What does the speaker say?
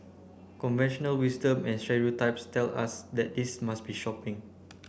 conventional wisdom and stereotypes tell us that this must be shopping